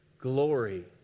Glory